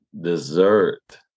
dessert